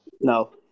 No